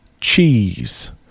cheese